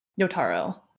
Yotaro